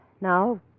Now